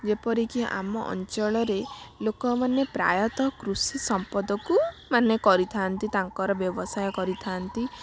ଯେପରିକି ଆମ ଅଞ୍ଚଳରେ ଲୋକମାନେ ପ୍ରାୟତଃ କୃଷି ସମ୍ପଦକୁ ମାନେ କରିଥାନ୍ତି ତାଙ୍କର ବ୍ୟବସାୟ କରିଥାନ୍ତି